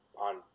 on